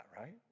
right